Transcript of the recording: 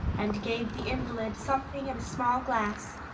and gave the invalid something in a small glass.